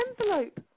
envelope